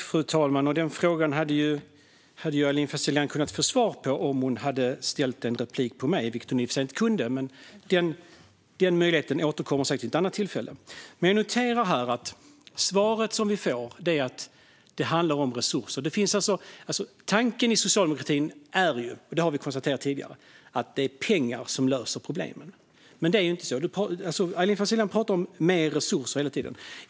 Fru talman! Den frågan hade Aylin Fazelian kunnat få svar på om hon hade ställt den i en replik till mig. Det kunde hon i och för sig inte göra, men den möjligheten återkommer säkert vid ett annat tillfälle. Jag noterar att svaret som vi får handlar om resurser. Tanken i socialdemokratin är, och det har vi konstaterat tidigare, att pengar löser problemen. Men det är inte så. Aylin Fazelian talar hela tiden om mer resurser.